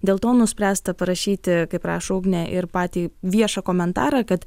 dėl to nuspręsta parašyti kaip rašo ugnė ir patį viešą komentarą kad